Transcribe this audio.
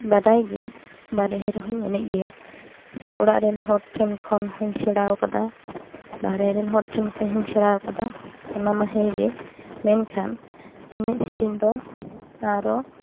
ᱵᱟᱰᱟᱭ ᱜᱮ ᱵᱟᱨᱦᱮ ᱨᱮᱦᱚᱧ ᱮᱱᱮᱡ ᱜᱮᱭᱟ ᱥᱮ ᱚᱲᱟᱜ ᱨᱮᱱ ᱦᱚᱲ ᱴᱷᱮᱱ ᱠᱷᱚᱱ ᱦᱚᱧ ᱥᱮᱲᱟᱣ ᱟᱠᱟᱫᱟ ᱵᱟᱨᱦᱮ ᱨᱮᱱ ᱦᱚᱲ ᱴᱷᱮᱱ ᱠᱷᱚᱱ ᱦᱚᱧ ᱥᱮᱲᱟᱣᱟᱠᱟᱫᱟ ᱚᱱᱟ ᱢᱟ ᱦᱮᱸ ᱜᱮ ᱢᱮᱱᱠᱷᱟᱱ ᱮᱱᱮᱡ ᱥᱮᱨᱮᱧ ᱫᱚ ᱟᱨᱚ